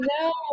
no